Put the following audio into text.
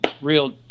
real